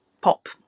pop